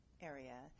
area